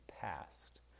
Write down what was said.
past